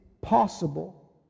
possible